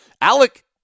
Alec